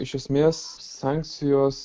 iš esmės sankcijos